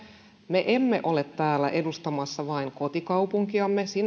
me emme ole täällä edustamassa vain kotikaupunkiamme